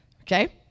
Okay